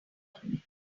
government